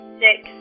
six